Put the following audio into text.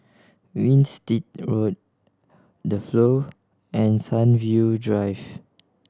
Winstedt Road The Flow and Sunview Drive